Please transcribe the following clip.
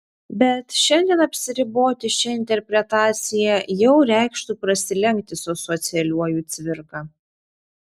bet šiandien apsiriboti šia interpretacija jau reikštų prasilenkti su socialiuoju cvirka